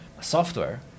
software